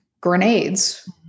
grenades